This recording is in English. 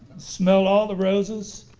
smell all the roses,